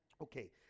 okay